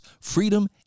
freedom